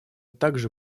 также